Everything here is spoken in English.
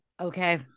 Okay